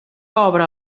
obre